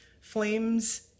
Flames